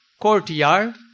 courtyard